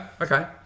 okay